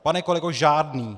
Pane kolego, žádný.